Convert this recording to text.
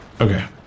Okay